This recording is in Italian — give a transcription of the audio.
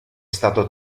stato